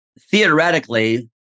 theoretically